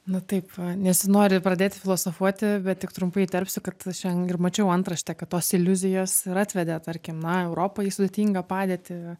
na taip nesinori pradėti filosofuoti bet tik trumpai įterpsiu kad šiandien ir mačiau antraštę kad tos iliuzijos ir atvedė tarkim na europą į sudėtingą padėtį